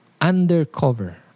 Undercover